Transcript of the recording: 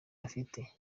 ifite